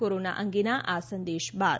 corona અંગેના આ સંદેશ બાદ